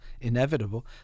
inevitable